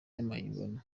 y’amahimbano